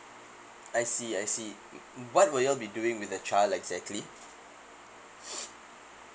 I see I see what will you all be doing with the child exactly